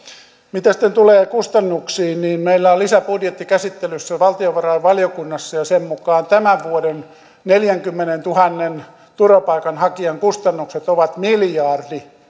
mitä sitten tulee kustannuksiin niin meillä on lisäbudjetti käsittelyssä valtiovarainvaliokunnassa ja sen mukaan tämän vuoden neljänkymmenentuhannen turvapaikanhakijan kustannukset ovat miljardi